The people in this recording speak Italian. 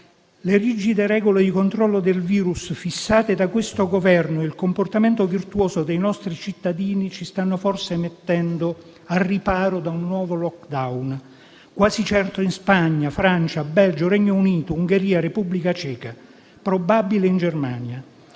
Le rigide regole di controllo del virus fissate dal Governo e il comportamento virtuoso dei nostri cittadini ci stanno forse mettendo al riparo da un nuovo *lockdown*, quasi certo in Spagna, Francia, Belgio, Regno Unito, Ungheria e Repubblica Ceca, probabile in Germania.